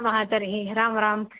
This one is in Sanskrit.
वा तर्हि राम् राम्